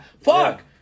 fuck